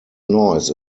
noise